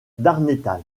darnétal